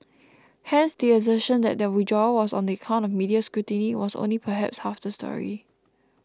hence the assertion that the withdrawal was on account of media scrutiny only was perhaps half the story